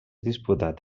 disputat